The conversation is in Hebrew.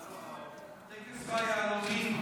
הטקס והיהלומים.